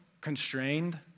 constrained